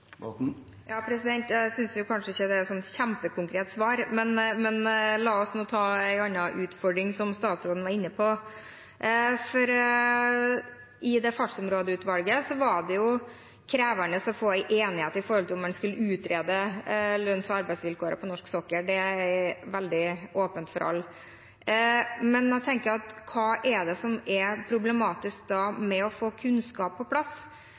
Jeg synes kanskje ikke dette var et kjempekonkret svar, men la oss nå ta en annen utfordring som statsråden var inne på. I Fartsområdeutvalget var det krevende å få til en enighet om man skulle utrede lønns- og arbeidsvilkårene på norsk sokkel. Det er veldig åpent for alle. Men nå tenker jeg: Hva er det da som er problematisk med å få kunnskap på plass